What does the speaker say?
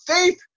faith